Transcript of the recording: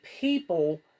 people